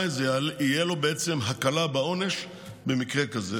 עדיין תהיה לו הקלה בעונש במקרה כזה.